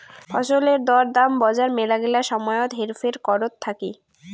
ফছলের দর দাম বজার মেলাগিলা সময়ত হেরফের করত থাকি